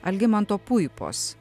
algimanto puipos